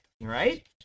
right